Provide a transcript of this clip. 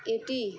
এটি